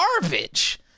garbage